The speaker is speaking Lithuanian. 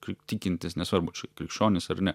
kaip tikintys nesvarbu čia krikščionys ar ne